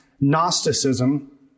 Gnosticism